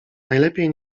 najlepiej